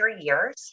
years